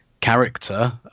character